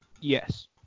Yes